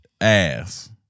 ass